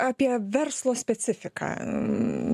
apie verslo specifiką